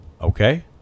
Okay